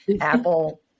Apple